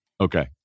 Okay